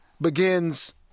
begins